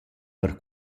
per